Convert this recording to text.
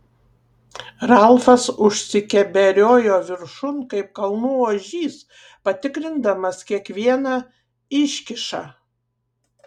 ralfas užsikeberiojo viršun kaip kalnų ožys patikrindamas kiekvieną iškyšą